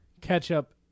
ketchup